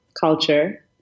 culture